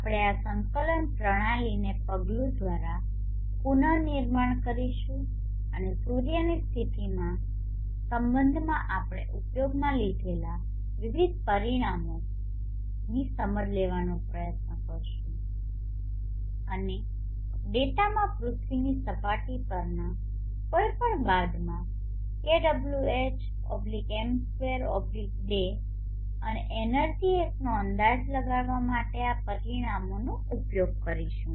આપણે આ સંકલન પ્રણાલીને પગલું દ્વારા પુનર્નિર્માણ કરીશું અને સૂર્યની સ્થિતિના સંબંધમાં આપણે ઉપયોગમાં લીધેલા વિવિધ પરિમાણોની સમજ લેવાનો પ્રયત્ન કરીશું અને ડેટામાં પૃથ્વીની સપાટી પરના કોઈપણ બાદમાં kWh m2day અને એનર્જી એચનો અંદાજ લગાવવા માટે આ પરિમાણોનો ઉપયોગ કરીશું